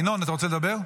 ינון, אתה רוצה לדבר?